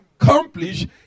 accomplish